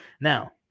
Now